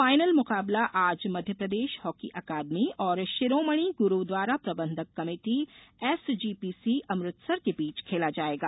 final मुकाबला आज Madhya Pradesh hockey अकादमी और शिरोमणि गुरुद्वारा प्रबंधक कमेटी एसजीपीसी अमृतसर के बीच खेला जाएगा